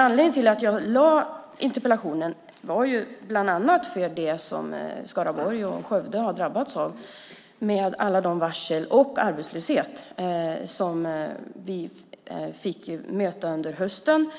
Anledningen till att jag ställde interpellationen var bland annat det som Skaraborg och Skövde har drabbats av, alla varsel och arbetslöshet som vi fick möta under hösten.